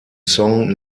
song